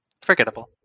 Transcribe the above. forgettable